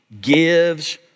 gives